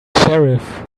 sheriff